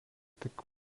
tik